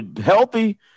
healthy